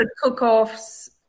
cook-offs